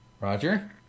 Roger